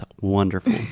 wonderful